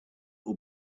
will